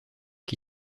qui